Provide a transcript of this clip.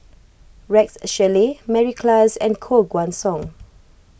Rex Shelley Mary Klass and Koh Guan Song